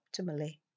optimally